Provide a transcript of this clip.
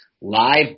live